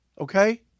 okay